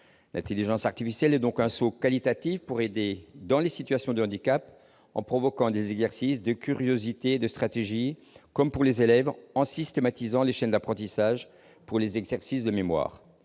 L'intelligence artificielle permettra donc un saut qualitatif pour aider les personnes en situation de handicap, en proposant des exercices de curiosité et de stratégie, mais aussi pour les élèves, en systématisant les chaînes d'apprentissage pour les exercices de mémoire.